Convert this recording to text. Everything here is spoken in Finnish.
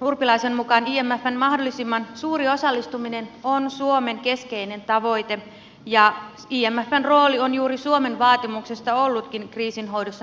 urpilaisen mukaan imfn mahdollisimman suuri osallistuminen on suomen keskeinen tavoite ja imfn rooli on juuri suomen vaatimuksesta ollutkin kriisin hoidossa merkittävä